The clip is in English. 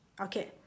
Okay